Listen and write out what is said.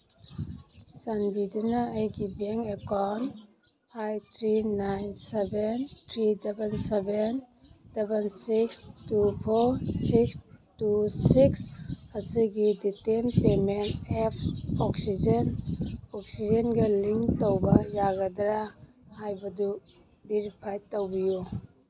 ꯆꯥꯟꯕꯤꯗꯨꯅ ꯑꯩꯒꯤ bank account five three nine seven three double seven double six two four six two six ꯑꯁꯤꯒꯤ detail payment app oxygen ꯑꯣꯛꯁꯤꯖꯦꯟꯒ link ꯇꯧꯕ ꯌꯥꯒꯗ꯭ꯔꯥ ꯍꯥꯏꯕꯗꯨ ꯚꯦꯔꯤꯐꯥꯏ ꯇꯧꯕꯤꯌꯨ